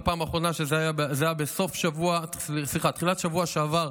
בפעם האחרונה זה היה בתחילת השבוע שעבר,